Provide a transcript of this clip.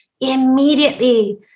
immediately